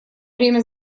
время